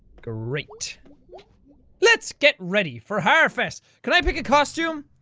great. let's get ready for harfest! can i pick a costume?